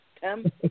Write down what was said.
Tim